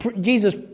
Jesus